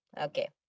okay